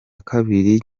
kabiri